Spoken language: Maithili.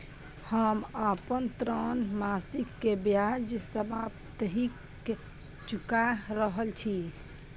हम आपन ऋण मासिक के ब्याज साप्ताहिक चुका रहल छी